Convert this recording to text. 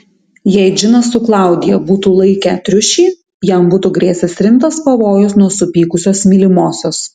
jei džinas su klaudija būtų laikę triušį jam būtų grėsęs rimtas pavojus nuo supykusios mylimosios